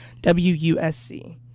WUSC